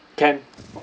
can